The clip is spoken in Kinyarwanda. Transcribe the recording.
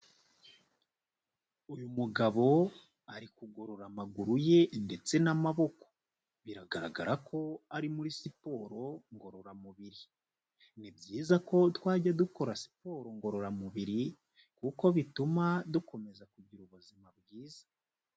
Uyu mugabo ari kugorora amaguru ye ndetse n'amaboko. Biragaragara ko ari muri siporo ngororamubiri. Ni byiza ko twajya dukora siporo ngororamubiri, kuko bituma dukomeza kugira ubuzima bwiza.